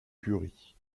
curie